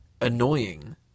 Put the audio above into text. annoying